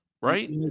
right